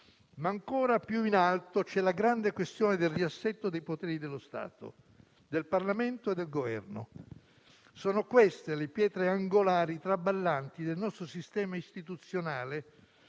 ma ancora più in alto c'è la grande questione del riassetto dei poteri dello Stato, del Parlamento e del Governo. Sono queste le pietre angolari traballanti del nostro sistema istituzionale